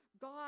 God